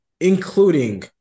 including